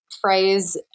phrase